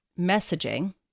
messaging